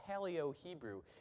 Paleo-Hebrew